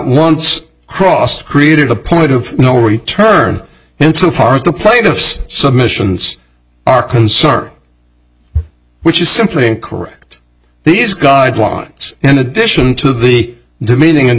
once crossed created a point of no return insofar as the plaintiff's submissions are concert which is simply incorrect these guidelines in addition to the demeaning and